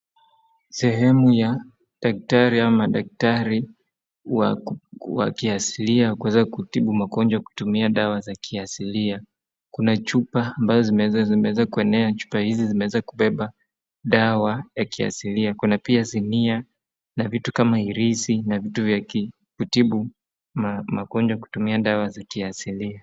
Sehemu ya daktari ama daktara wakiasilia kuweza kutibu magonjwa kutumia dawa ya kiasilia. Kuna chupa zimeeza kuenea, chupa hizi zimeweza kubeba dawa ya kiasilia. Kuna pia zingine na vitu kama irisi na vitu vya kutibu magonjwa kwa kutumia dawa za kiasilia.